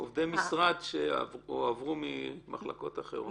עובדי משרד שהועברו ממחלקות אחרות?